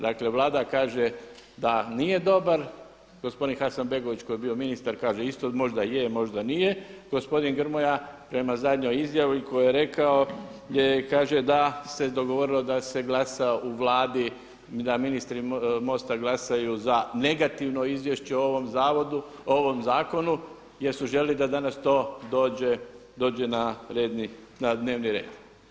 Dakle Vlada kaže da nije dobar, gospodin Hasanbegović koji je bio ministar kaže isto možda je, možda nije, gospodin Grmoja prema zadnjoj izjavi koju je rekao kaže da se dogovorilo da se glasa, da ministri MOST-a glasaju za negativno izvješće o ovom zakonu jer su željeli da danas to dođe na dnevni red.